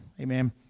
Amen